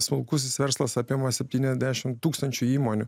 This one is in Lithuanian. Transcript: smulkusis verslas apima septyniasdešim tūkstančių įmonių